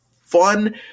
fun